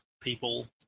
people